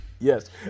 Yes